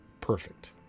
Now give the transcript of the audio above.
perfect